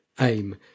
aim